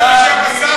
אתה מדבר בשם השר,